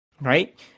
right